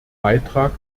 beitrag